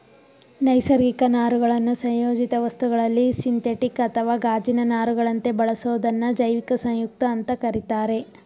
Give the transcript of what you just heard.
ನೈಸರ್ಗಿಕ ನಾರುಗಳನ್ನು ಸಂಯೋಜಿತ ವಸ್ತುಗಳಲ್ಲಿ ಸಿಂಥೆಟಿಕ್ ಅಥವಾ ಗಾಜಿನ ನಾರುಗಳಂತೆ ಬಳಸೋದನ್ನ ಜೈವಿಕ ಸಂಯುಕ್ತ ಅಂತ ಕರೀತಾರೆ